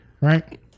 right